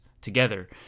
together